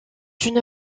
une